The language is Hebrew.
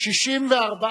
סעיפים 1 2 נתקבלו.